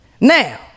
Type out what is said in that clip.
Now